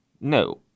no